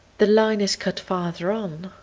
the line is cut farther on.